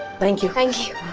thank you. thank you.